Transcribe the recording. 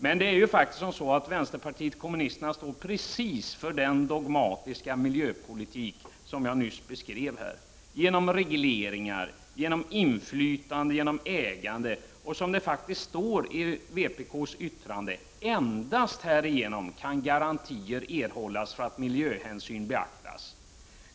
Men vänsterpartiet kommunisterna står för precis den dogmatiska miljöpolitik jag nyss beskrev här. Genom regleringar, genom inflytande, genom ägande och, som det faktiskt står i vänsterpartiet kommunisternas yttrande, att endast härigenom kan garantier erhållas för att miljöhänsyn beaktas.